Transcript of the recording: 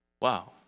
Wow